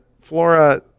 flora